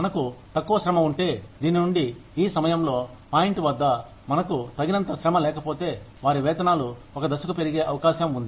మనకు తక్కువ శ్రమ ఉంటే దీని నుండి ఈ సమయంలో పాయింట్ వద్ద మనకు తగినంత శ్రమ లేకపోతే వారి వేతనాలు ఒక దశకు పెరిగే అవకాశం ఉంది